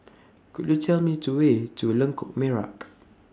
Could YOU Tell Me to Way to Lengkok Merak